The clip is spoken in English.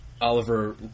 Oliver